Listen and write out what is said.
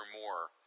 more